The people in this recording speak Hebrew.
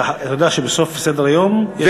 אתה יודע שבסוף סדר-היום יש דיון על התקציב.